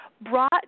brought